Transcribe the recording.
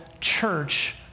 church